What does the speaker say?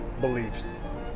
beliefs